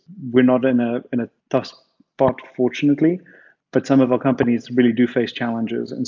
we're not in ah in a tough spot fortunately but some of our companies really do face challenges. and